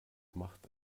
macht